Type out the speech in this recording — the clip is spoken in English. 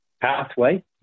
pathway